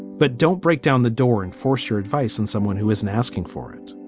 but don't break down the door and force your advice on someone who isn't asking for it